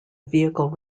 vehicle